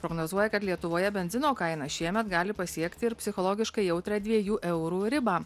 prognozuoja kad lietuvoje benzino kaina šiemet gali pasiekt ir psichologiškai jautrią dviejų eurų ribą